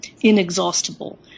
inexhaustible